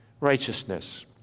righteousness